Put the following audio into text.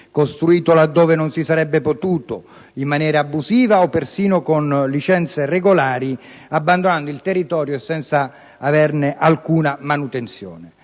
costruito laddove non si sarebbe potuto, in maniera abusiva o persino con licenze regolari, abbandonando il territorio senza averne alcuna manutenzione.